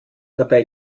dabei